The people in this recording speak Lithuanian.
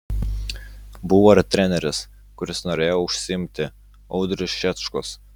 buvo ir treneris kuris norėjo užsiimti audrius šečkus